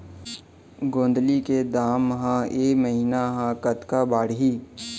गोंदली के दाम ह ऐ महीना ह कतका बढ़ही?